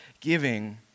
giving